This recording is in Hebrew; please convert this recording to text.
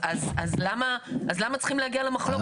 אז למה צריכים להגיע למחלוקת הזאת?